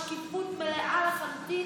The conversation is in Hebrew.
בשקיפות מלאה לחלוטין,